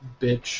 Bitch